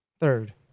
Third